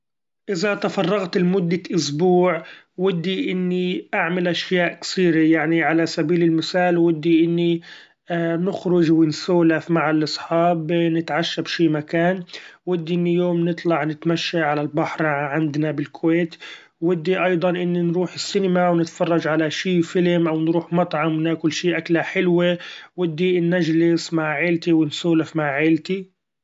إذا تفرغت لمدة أسبوع، ودي إني اعمل اشياء كثيرة ،يعني على سبيل المثال ودي إني نخرج ونسولف مع الاصحاب نتعشى بشي مكان ودي إني يوم نطلع نتمشى على البحر عندنا بالكويت، ودي أيضا إن نروح سينما ونتفرچ على شي فيلم أو نروح معطم ناكل شي اكله حلوة ودي النچل يسمع عيلتي ويسولف مع عيلتي.